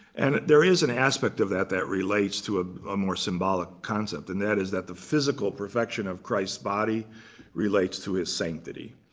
and there is an aspect of that that relates to a ah more symbolic concept. and that is that the physical perfection of christ's body relates to his sanctity.